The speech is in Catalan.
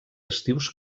estius